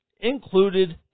included